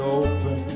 open